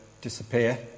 disappear